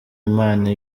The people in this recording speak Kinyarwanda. imana